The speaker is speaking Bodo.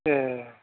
एह